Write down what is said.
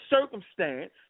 circumstance